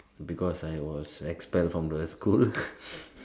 because I was expelled from the school